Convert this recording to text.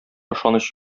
ышаныч